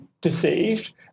deceived